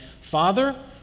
Father